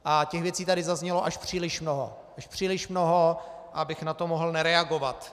A těch věcí tady zaznělo až příliš mnoho, až příliš mnoho, abych na to mohl nereagovat.